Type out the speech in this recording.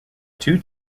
two